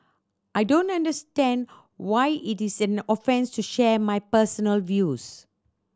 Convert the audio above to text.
I don't understand why it is an offence to share my personal views